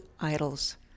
idols